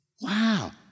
Wow